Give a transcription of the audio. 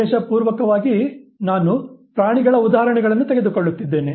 ಉದ್ದೇಶಪೂರ್ವಕವಾಗಿ ನಾನು ಪ್ರಾಣಿಗಳ ಉದಾಹರಣೆಗಳನ್ನು ತೆಗೆದುಕೊಳ್ಳುತ್ತಿದ್ದೇನೆ